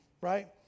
right